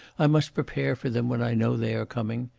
i must prepare for them when i know they are coming.